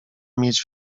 mieć